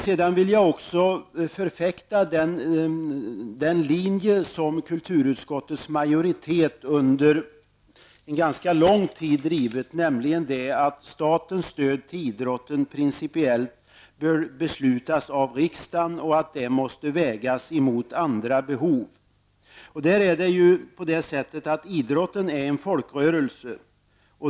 Sedan vill jag också förfäkta den linje som kulturutskottets majoritet under ganska lång tid drivit, nämligen att statens stöd till idrotten principiellt beslutas av riksdagen och måste vägas mot andra behov. Idrotten är en folkrörelse.